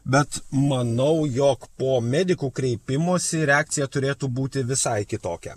bet manau jog po medikų kreipimosi reakcija turėtų būti visai kitokia